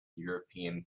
european